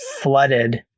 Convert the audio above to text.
flooded